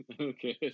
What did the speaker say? Okay